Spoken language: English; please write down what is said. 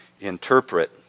interpret